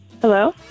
Hello